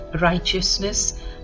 righteousness